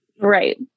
Right